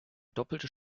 doppelte